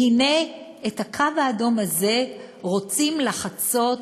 והנה, את הקו האדום הזה רוצים לחצות